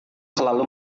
selalu